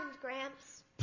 Gramps